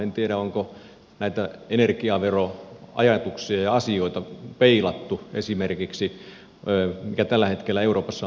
en tiedä onko näitä energiaveroajatuksia ja asioita peilattu esimerkiksi siihen mikä tällä hetkellä euroopassa on tilanne